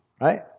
right